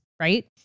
right